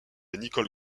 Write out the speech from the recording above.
nicole